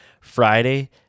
friday